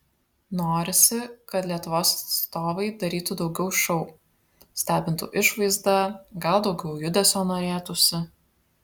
norisi kad lietuvos atstovai darytų daugiau šou stebintų išvaizda gal daugiau judesio norėtųsi